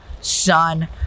son